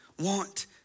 want